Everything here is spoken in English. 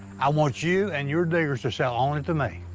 i want you and your diggers to sell only to me.